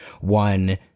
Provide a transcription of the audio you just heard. one